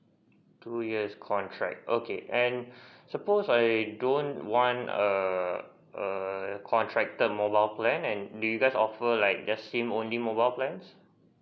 two years contract okay and suppose I don't want a a contracted mobile plan and do you guys offer like just SIM only mobile plans